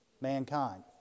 mankind